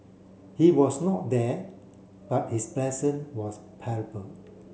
he was not there but his presence was